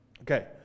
Okay